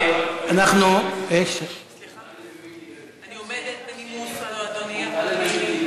אני עומדת בנימוס, אדוני, אבל אני,